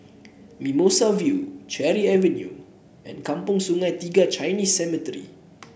Mimosa View Cherry Avenue and Kampong Sungai Tiga Chinese Cemetery